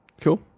Cool